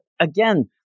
again